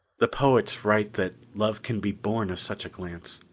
the poets write that love can be born of such a glance.